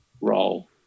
role